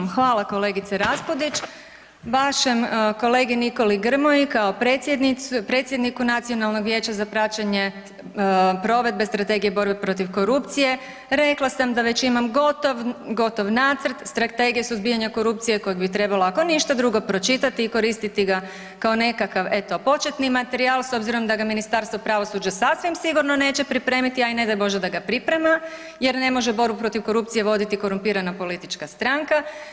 Imam, hvala kolegice Raspudić, vašem kolegi Nikoli Grmoji kao predsjednicu Nacionalnog vijeća za praćenje provedbe strategije borbe protiv korupcije rekla sam da već imam gotov nacrt strategije suzbijanja korupcije koju bi trebalo ako ništa drugo pročitati i koristiti ga kao nekakav eto početni materijal, s obzirom da ga Ministarstvo pravosuđa neće pripremiti, a i ne daj Bože da ga priprema jer ne može borbu protiv korupcije voditi korumpirana politička stranka.